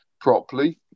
properly